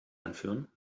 anführen